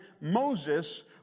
Moses